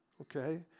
Okay